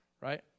right